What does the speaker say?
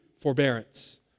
forbearance